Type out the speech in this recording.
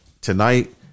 Tonight